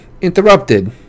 interrupted